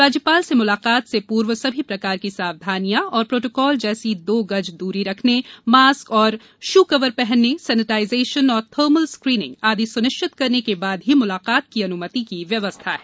राज्यपाल से म्लाकात से पूर्व सभी प्रकार की सावधानियां और प्रोटोकाल जैसे दो गज दूरी रखने मास्क एवं शू कव्हर पहनने सेनेटाइजेशन और थर्मल स्क्रीनिंग आदि स्निश्चित करने के बाद ही मुलाकात की अन्मति की व्यवस्था है